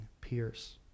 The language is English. pierce